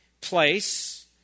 place